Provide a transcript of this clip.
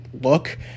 look